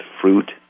fruit